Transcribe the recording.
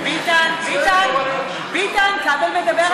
דוד, בושה וחרפה, ביטן, ביטן, ביטן, ביטן,